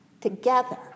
together